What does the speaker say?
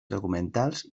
documentals